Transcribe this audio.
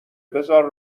بذار